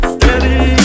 Steady